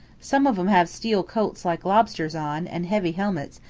some of em have steel coats like lobsters on, and heavy helmets,